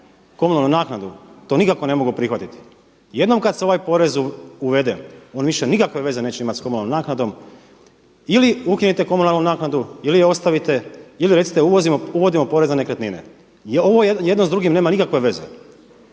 komunalnu naknadu to nikako ne mogu prihvatiti. Jednom kada se ovaj porez uvede on više nikakve veze neće imati sa komunalnom naknadom. Ili ukinite komunalnu naknadu ili ju ostavite, ili recite uvodimo porez na nekretnine jer ovo jedno s drugim nema nikakve veze.